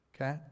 Okay